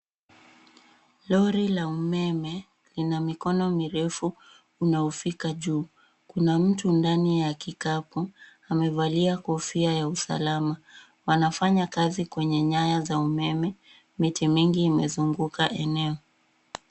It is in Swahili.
Lori la umeme lina mikono mirefu unaofika juu. Kuna mtu ndani ya kikapu amevalia kofia ya usalama . Wanafanya kazi kwenye nyaya za umeme. Miti mingi imezunguka eneo.